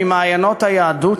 ממעיינות היהדות